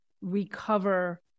recover